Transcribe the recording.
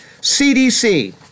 CDC